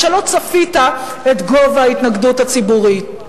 או שלא צפית את גובה ההתנגדות הציבורית.